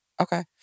Okay